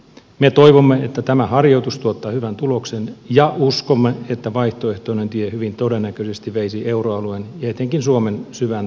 me toivomme että tämä harjoitus tuottaa hyvän tuloksen ja uskomme että vaihtoehtoinen tie hyvin todennäköisesti veisi euroalueen ja etenkin suomen syvään taloustaantumaan